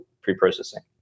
pre-processing